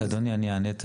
אז אני אענה אדוני,